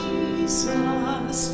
Jesus